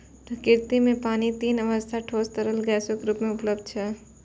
प्रकृति म पानी तीन अबस्था ठोस, तरल, गैस रूपो म उपलब्ध छै